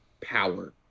power